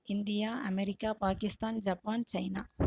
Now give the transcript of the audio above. India America Pakistan Japan China